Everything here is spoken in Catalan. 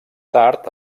tard